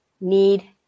need